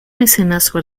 mecenazgo